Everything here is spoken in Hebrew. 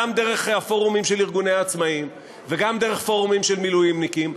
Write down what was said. גם דרך הפורומים של ארגוני העצמאים וגם דרך פורומים של מילואימניקים,